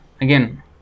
again